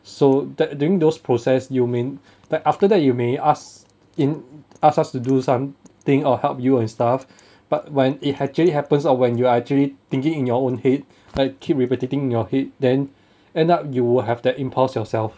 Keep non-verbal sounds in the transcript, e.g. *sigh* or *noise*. so that during those process you mean that after that you may ask in ask us to do some thing I'll help you and stuff *breath* but when he actually happens or when you actually thinking in your own head I keep repeating in your head then end up you will have their impulse yourself